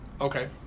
Okay